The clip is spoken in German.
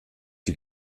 die